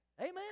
Amen